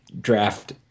draft